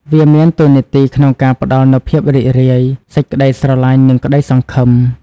វាមានតួនាទីក្នុងការផ្តល់នូវភាពរីករាយ សេចក្តីស្រឡាញ់និងក្ដីសង្ឃឹម។